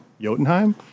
Jotunheim